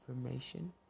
information